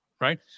right